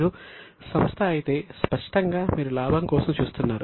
మీరు సంస్థ అయితే స్పష్టంగా మీరు లాభం కోసం చూస్తున్నారు